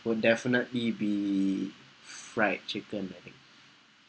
will definitely be fried chicken I think